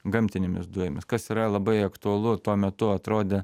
gamtinėmis dujomis kas yra labai aktualu tuo metu atrodė